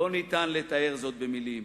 אי-אפשר לתאר זאת במלים.